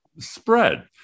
Spread